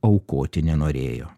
aukoti nenorėjo